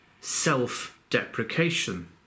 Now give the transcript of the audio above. self-deprecation